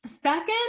second